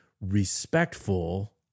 respectful